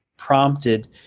prompted